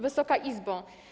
Wysoka Izbo!